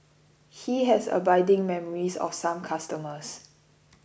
he has abiding memories of some customers